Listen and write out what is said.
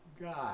God